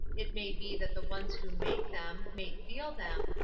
it may be that the ones who make them, may feel them,